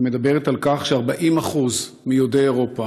שמדבר על כך ש-40% מיהודי אירופה,